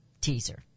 teaser